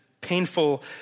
painful